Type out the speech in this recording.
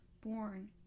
Born